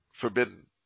forbidden